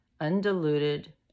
undiluted